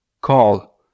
Call